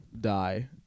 die